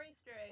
straight